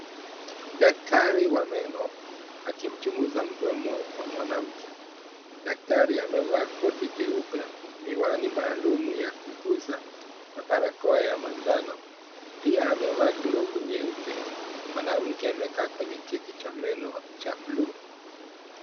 Daktari wa meno akimchunguza mdomo wa mwanamke. Daktari amevaa koti jeupe, miwani maalumu ya kuuguza na barakoa ya manjano. Pia amevaa glovu nyeupe na mwanamke amekaa kwenye kiti cha meno cha buluu.